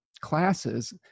classes